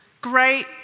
Great